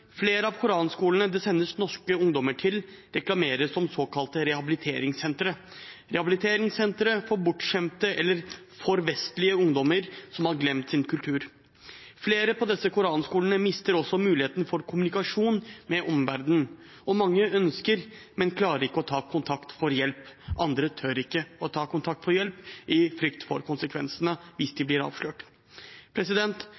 Flere av koranskolene det sendes norske ungdommer til, reklameres for som såkalte rehabiliteringssentre for bortskjemte eller altfor vestlige ungdommer som har glemt sin kultur. Flere på disse koranskolene mister også muligheten for kommunikasjon med omverdenen. Mange ønsker, men klarer ikke å ta kontakt for å få hjelp – andre tør ikke ta kontakt for å få hjelp av frykt for konsekvensene hvis de